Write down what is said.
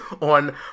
on